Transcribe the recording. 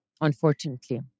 unfortunately